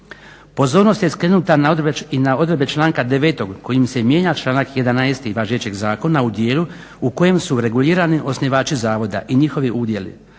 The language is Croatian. Pozornost je skrenuta i na odredbe članka 9. kojim se mijenja članak 11. važećeg zakona u dijelu u kojem su regulirani osnivači zavoda i njihovi udjeli.